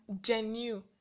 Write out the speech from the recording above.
genuine